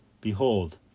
Behold